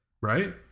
Right